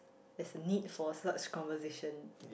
there's a need for such conversation